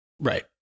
Right